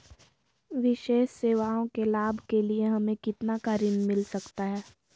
विशेष सेवाओं के लाभ के लिए हमें कितना का ऋण मिलता सकता है?